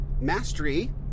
Mastery